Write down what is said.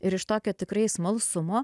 ir iš tokio tikrai smalsumo